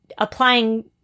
Applying